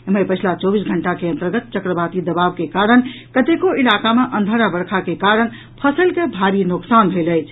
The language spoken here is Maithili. एम्हर पछिला चौबीस घंटा के अन्तर्गत चक्रवाती दबाव के कारण कतेको इलाका मे अंधर आ वर्षा के कारण फसलि के भारी नोकसान भेल अछि